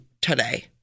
today